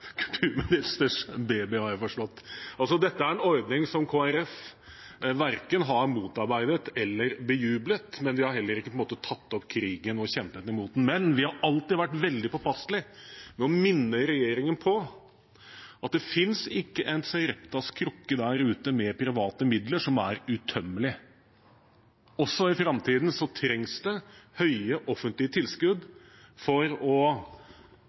kulturministers baby, har jeg forstått. Dette er en ordning som Kristelig Folkeparti verken har motarbeidet eller bejublet, men vi har heller ikke tatt krigen og kjempet imot den. Men vi har alltid vært veldig påpasselige med å minne regjeringen om at det ikke finnes en Sareptas krukke der ute med private midler som er utømmelig. Også i framtiden trengs det høye offentlige tilskudd for å